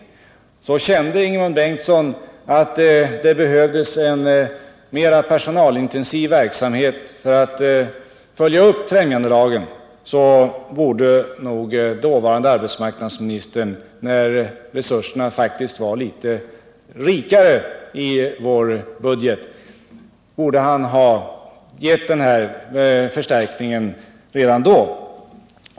Och kände dåvarande arbetsmarknadsministern Ingemund Bengtsson att det behövdes en mer personalintensiv verksamhet för att följa upp främjandelagen, så borde han, när resurserna faktiskt var litet rikare i vår budget, ha givit denna förstärkning redan då.